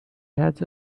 has